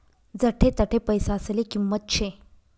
जठे तठे पैसासले किंमत शे